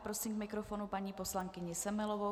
Prosím k mikrofonu paní poslankyni Semelovou.